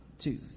two